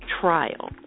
trial